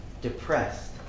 depressed